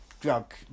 drug